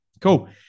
Cool